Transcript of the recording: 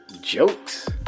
jokes